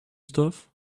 stuff